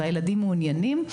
והילדים מעוניינים,